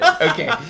Okay